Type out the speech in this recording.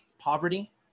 Poverty